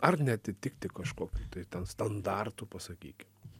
ar neatitikti kažko tai ten standartų pasakykim